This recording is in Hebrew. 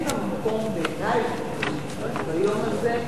מקום בעיני ביום הזה,